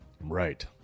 Right